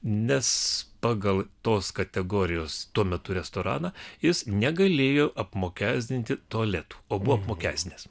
nes pagal tos kategorijos tuo metu restoraną jis negalėjo apmokestinti tualetų o buvo apmokestinęs